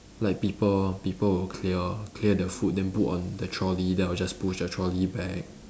like people people will clear clear the food then put on the trolley then I'll just push the trolley back